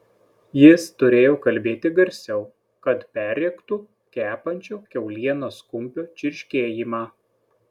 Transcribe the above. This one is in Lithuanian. jis turėjo kalbėti garsiau kad perrėktų kepančio kiaulienos kumpio čirškėjimą